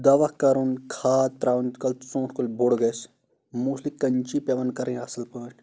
دوا کَرُن خاد تراؤنۍ یوٗت کالہ ژوٗنٛٹھ کُل بوٚڑ گژھِ موسٹلی کینچہِ پیوان کَرٕنۍ اَصٕل پٲٹھۍ